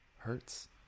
hurts